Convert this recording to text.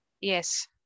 Yes